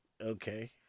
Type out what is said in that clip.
Okay